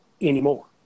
anymore